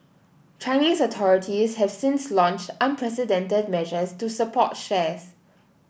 Chinese authorities have since launched unprecedented measures to support shares